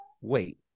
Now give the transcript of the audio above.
wait